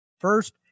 First